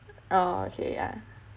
orh okay yah